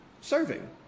serving